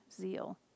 zeal